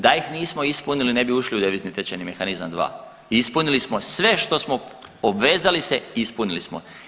Da ih nismo ispunili ne bi ušli u devizni tečajni mehanizam 2 i ispunili smo, sve što smo obvezali se ispunili smo.